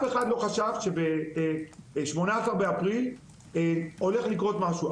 לא חשב אז שב-18 באפריל הולך לקרות משהו.